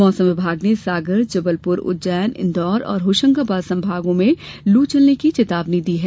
मौसम विभाग ने सागर जबलपुर उज्जैन इन्दौर और होशंगाबाद चंबल संभागों में लू चलने की चेतावनी दी गई है